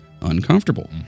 uncomfortable